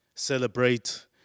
Celebrate